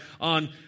on